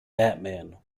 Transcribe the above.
batman